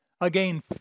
Again